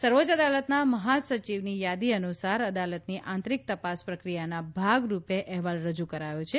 સર્વોચ્ચ અદાલતના મહાસચિવની યાદી અનુસાર અદાલતની આંતરિક તપાસ પ્રક્રિયાના ભાગરૂપે અહેવાલ રજૂ કરાયો છે